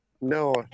No